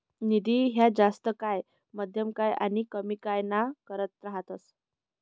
निधी ह्या जास्त काय, मध्यम काय आनी कमी काय ना करता रातस